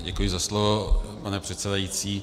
Děkuji za slovo, pane předsedající.